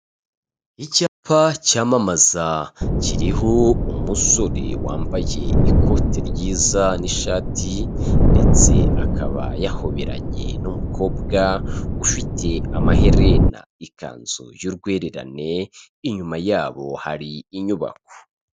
Icyapa cyamamaza kiriho umusore wambaye ikote ryiza n'ishati, ndetse akaba yahoberanye n'umukobwa ufite amaherena ikanzu y'urwererane, inyuma yabo hari inyubako.